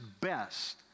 best